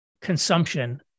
consumption